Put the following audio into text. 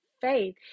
faith